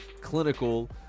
clinical